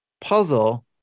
puzzle